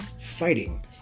fighting